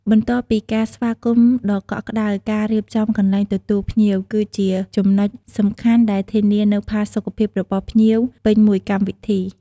បន្ទាប់ពីការស្វាគមន៍ដ៏កក់ក្តៅ ការរៀបចំកន្លែងទទួលភ្ញៀវ គឺជាចំណុចសំខាន់ដែលធានានូវផាសុខភាពរបស់ភ្ញៀវពេញមួយកម្មវិធី។